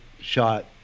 shot